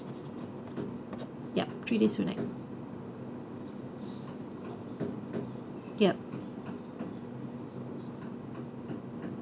yup three days two nights yup